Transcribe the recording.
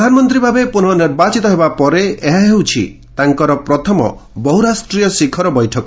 ପ୍ରଧାନମନ୍ତ୍ରୀ ଭାବେ ପୁନଃ ନିର୍ବାଚିତ ହେବା ପରେ ଏହା ହେଉଛି ତାଙ୍କର ପ୍ରଥମ ବହୁରାଷ୍ଟ୍ରୀୟ ଶିଖର ବୈଠକ